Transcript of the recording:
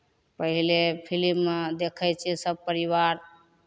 पहिले फिलिममे देखै छियै सभ परिवार